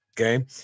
okay